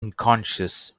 unconscious